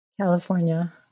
California